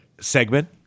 Segment